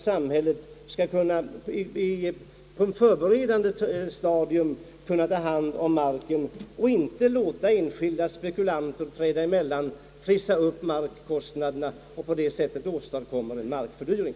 Samhället bör på ett förberedande stadium kunna ta hand om den mark det kommer att behöva utan att låta enskilda spekulanter träda emellan och trissa upp markkostnaderna och på det sättet åstadkomma markfördyring.